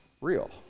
real